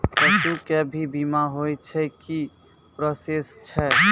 पसु के भी बीमा होय छै, की प्रोसेस छै?